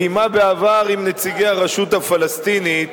קיימה בעבר עם נציגי הרשות הפלסטינית